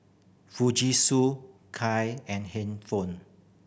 Fujisu Kai and hand phone